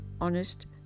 honest